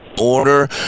order